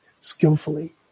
skillfully